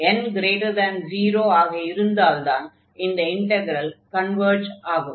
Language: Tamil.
n0 ஆக இருந்தால்தான் இந்த இன்டக்ரல் கன்வர்ஜ் ஆகும்